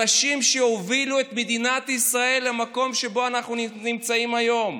אנשים שהובילו את מדינת ישראל למקום שבו אנחנו נמצאים היום.